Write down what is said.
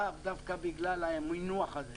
לאו דווקא בגלל המינוח הזה,